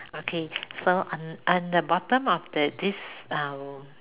okay so on on the bottom of the this uh